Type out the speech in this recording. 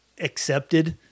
accepted